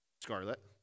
Scarlet